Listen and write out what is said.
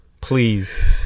please